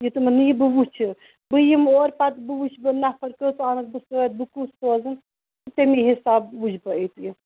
یہِ تمَن یی بہٕ وُچھٕ بہٕ یِمہٕ اور پَتہٕ بہٕ وُچھٕ بہٕ نَفَر کٔژ انکھ بہٕ سۭتۍ بہٕ کُس سوزن تَمی حِسابہٕ وُچھِٕ بہٕ اَتہِ یہِ